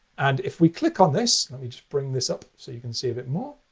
and if we click on this let me just bring this up so you can see a bit more